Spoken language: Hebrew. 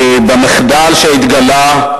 במחדל שהתגלה.